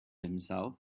himself